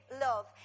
love